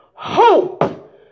Hope